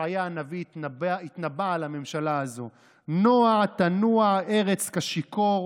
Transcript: ישעיה הנביא התנבא על הממשלה הזו: "נוע תנוע ארץ כשִׁכּוֹר